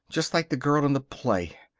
just like the girl in the play.